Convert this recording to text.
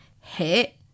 hit